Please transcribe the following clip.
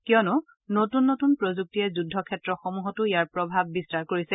কিয়নো নতুন নতুন প্ৰযুক্তিয়ে যুদ্ধক্ষেত্ৰসমূহতো ইয়াৰ প্ৰভাৱ বিস্তাৰ কৰিছে